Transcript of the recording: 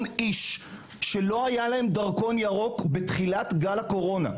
איש שלא היה להם דרכון ירוק בתחילת גל הקורונה.